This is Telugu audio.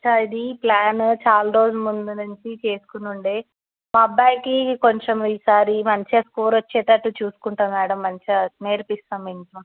అసలు అది ప్లాను చాలా రోజుల ముందు నుంచి చేసుకుని ఉండే మా అబ్బాయికి కొంచెం ఈసారి మంచిగా స్కోర్ వచ్చేటట్టు చూసుకుంటు మ్యాడమ్ మంచిగా నేర్పిస్తాము ఇంకా